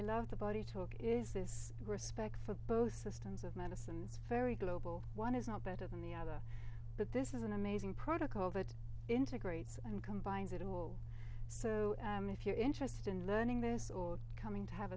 i love the body talk is this respect for both systems of medicine it's very global one is not better than the other but this is an amazing protocol that integrates and combines it all so if you're interested in learning this or coming to have